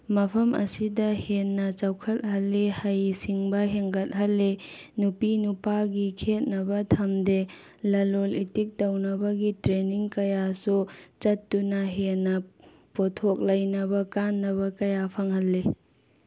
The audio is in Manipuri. ꯃꯐꯝ ꯑꯁꯤꯗ ꯍꯦꯟꯅ ꯆꯥꯎꯈꯠ ꯍꯜꯂꯤ ꯍꯩ ꯁꯤꯡꯕ ꯍꯦꯟꯒꯠ ꯍꯜꯂꯤ ꯅꯨꯄꯤ ꯅꯨꯄꯥꯒꯤ ꯈꯦꯠꯅꯕ ꯊꯝꯗꯦ ꯂꯂꯣꯜ ꯏꯇꯤꯛ ꯇꯧꯅꯕꯒꯤ ꯇ꯭ꯔꯦꯟꯅꯤꯡ ꯀꯌꯥꯁꯨ ꯆꯠꯇꯨꯅ ꯍꯦꯟꯅ ꯄꯣꯠꯊꯣꯛ ꯂꯩꯅꯕ ꯀꯥꯟꯅꯕ ꯀꯌꯥ ꯐꯪꯍꯜꯂꯤ